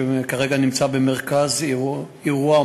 שכרגע נמצא במרכז אירוע,